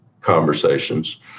conversations